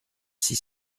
six